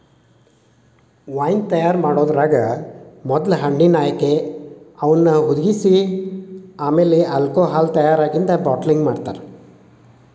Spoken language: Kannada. ವೈನ್ ತಯಾರ್ ಮಾಡೋದ್ರಾಗ ಮೊದ್ಲ ಹಣ್ಣಿನ ಆಯ್ಕೆ, ಅವನ್ನ ಹುದಿಗಿಸಿ ಆಮೇಲೆ ಆಲ್ಕೋಹಾಲ್ ತಯಾರಾಗಿಂದ ಬಾಟಲಿಂಗ್ ಮಾಡ್ತಾರ